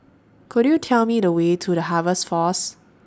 Could YOU Tell Me The Way to The Harvest Force